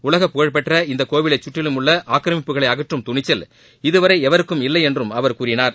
உலகப் புகழ்பெற்ற இந்தக் கோவிலைச் சுற்றிலும் உள்ள ஆக்கிரமிப்புகளை அகற்றும் துணிச்சல் இதுவரை எவருக்கும் இல்லையென்றும் அவர் கூறினார்